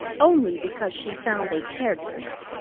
only because she found they cared for it.